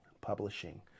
publishing